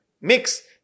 mix